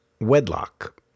Wedlock